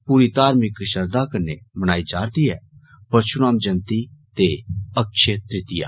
पूरी धार्मिक श्रद्धा कन्नै मनाई जा रदी ऐ परश्राम जयति त अक्षय तृतीया